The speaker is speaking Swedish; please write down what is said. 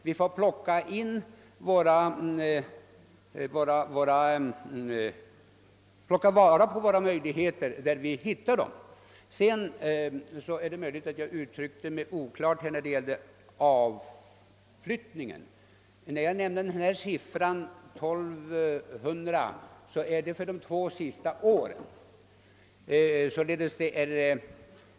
Vi får ta vara på möjligheterna där vi hittar dem. Det är möjligt att jag uttryckte mig oklart beträffande utflyttningen. När jag nämnde siffran 1274 avsåg jag de två senaste åren.